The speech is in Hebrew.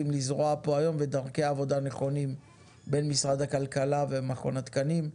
ודרכי עבודה נכונים בין משרד הכלכלה ומכון התקנים,